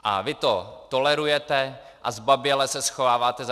A vy to tolerujete a zbaběle se schováváte za SPD.